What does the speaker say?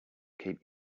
keep